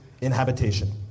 inhabitation